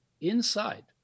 inside